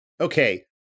okay